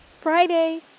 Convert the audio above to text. Friday